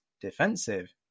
defensive